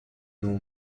know